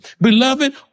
Beloved